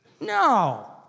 No